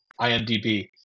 imdb